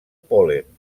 pol·len